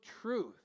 truth